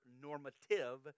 normative